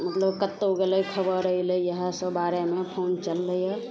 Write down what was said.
मतलब कतहु गेलै खबर अएलै इएहसब बारेमे फोन चललैए